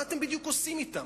מה אתם בדיוק עושים אתם?